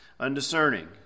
Undiscerning